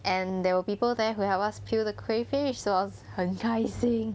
and there were people there who help us peel the crayfish so I was 很开心